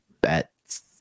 Bets